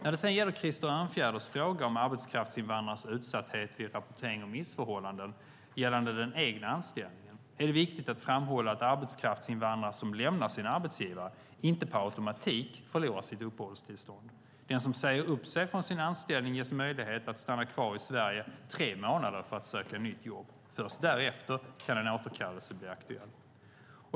När det sedan gäller Krister Örnfjäders fråga om arbetskraftsinvandrares utsatthet vid rapportering om missförhållanden gällande den egna anställningen är det viktigt att framhålla att arbetskraftsinvandrare som lämnar sin arbetsgivare inte per automatik förlorar sitt uppehållstillstånd. Den som säger upp sig från sin anställning ges möjlighet att stanna kvar i Sverige tre månader för att söka nytt jobb. Först därefter kan en återkallelse bli aktuell.